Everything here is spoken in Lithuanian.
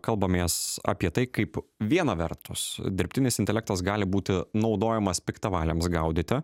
kalbamės apie tai kaip viena vertus dirbtinis intelektas gali būti naudojamas piktavaliams gaudyti